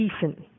decent